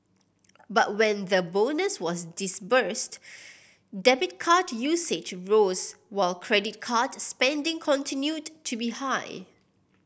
but when the bonus was disbursed debit card usage rose while credit card spending continued to be high